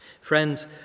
Friends